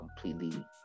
completely